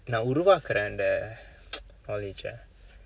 நான் உருவாக்கிறேன் அந்த:naan uruvaakkireen andtha knowledge eh